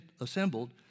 assembled